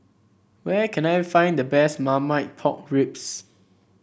where can I find the best Marmite Pork Ribs